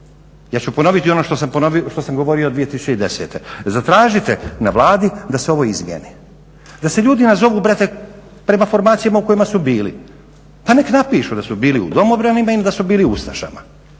ja ću ponoviti ono što sam govorio 2010.zatražite na Vladi da se ovo izmijeni, da se ljudi nazove bratu prema formacijama u kojima su bili. Pa neka napišu da su bili u domobranima ili da su bili u ustašama